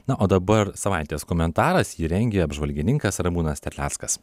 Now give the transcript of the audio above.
na o dabar savaitės komentaras jį rengė apžvalgininkas ramūnas terleckas